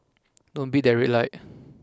don't beat that red light